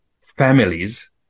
families